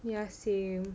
ya same